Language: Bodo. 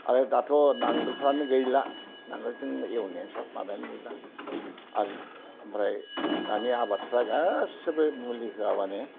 आरो दाथ' नांगोलफ्रानो गैला नांगोलजों एवनायानो सब माबायानो गैला आरो ओमफ्राय दानि आबादफ्रा गासिबो मुलि होआब्लानो